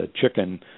chicken